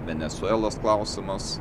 venesuelos klausimas